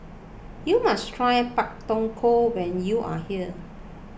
you must try Pak Thong Ko when you are here